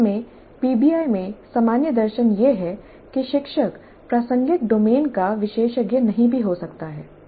वास्तव में पीबीआई में सामान्य दर्शन यह है कि शिक्षक प्रासंगिक डोमेन का विशेषज्ञ नहीं भी हो सकता है